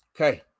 okay